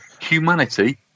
Humanity